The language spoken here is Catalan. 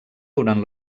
durant